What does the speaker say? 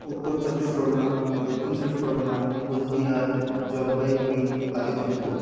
উত্তর চব্বিশ পরগনা দক্ষিণ চব্বিশ পরগনা কুচবিহার জলপাইগুড়ি আলিপুরদুয়ার